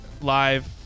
live